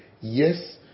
yes